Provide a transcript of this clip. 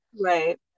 Right